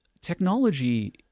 Technology